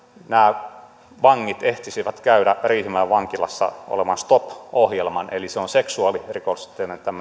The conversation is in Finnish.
nämä vangit ehtisivät käydä riihimäen vankilassa olevan stop ohjelman eli se on seksuaalirikollisten